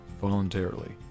voluntarily